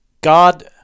God